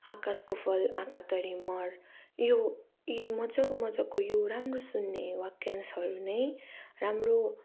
आकासको फल आँखा तरी मर यो यी मजाको मजाको यो राम्रो सुन्ने वाक्यांशहरू नै राम्रो